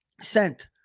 sent